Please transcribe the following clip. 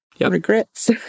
regrets